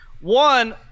One